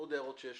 עוד הערות יש לך?